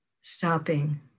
stopping